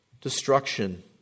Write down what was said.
Destruction